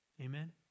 Amen